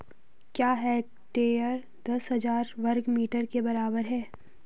एक हेक्टेयर दस हजार वर्ग मीटर के बराबर है